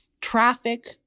traffic